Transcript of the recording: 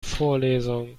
vorlesung